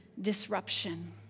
Disruption